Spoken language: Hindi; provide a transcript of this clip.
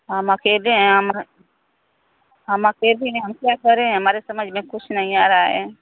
हम अकेले हैं हम हम अकेले हैं हम क्या करें हमारे समझ में कुछ नहीं आ रहा है